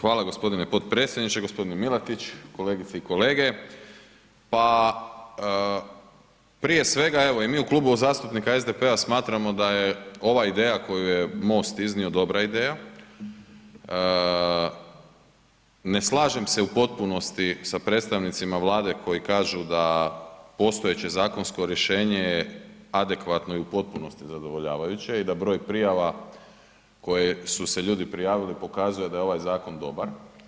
Hvala g. potpredsjedniče, g. Milatić, kolegice i kolege, pa prije svega, evo i mi u Klubu zastupnika SDP-a smatramo da je ova ideja koju je MOST iznio, dobra ideja, ne slažem se u potpunosti sa predstavnicima Vlade koji kažu da postojeće zakonsko rješenje je adekvatno i u potpunosti zadovoljavajuće i da broj prijava koje su se ljudi prijavili pokazuje da je ovaj zakon dobar.